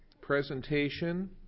presentation